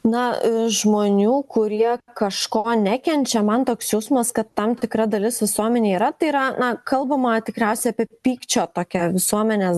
na žmonių kurie kažko nekenčia man toks jausmas kad tam tikra dalis visuomenėj yra tai yra na kalbama tikriausia apie pykčio tokią visuomenės